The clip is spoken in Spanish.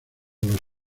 los